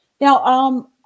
Now